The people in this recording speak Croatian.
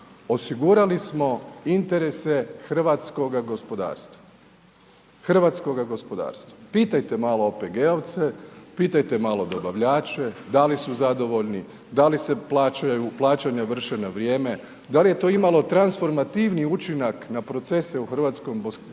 osigurali smo interese hrvatskoga gospodarstva. Pitajte malo OPG-ovce, pitajte malo dobavljače da li su zadovoljni, da li se plaćanja vrše na vrijeme, dal je to imalo transformativni učinak na procese u hrvatskom gospodarstvu